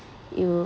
you